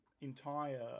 entire